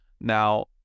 Now